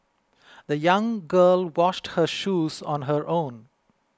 the young girl washed her shoes on her own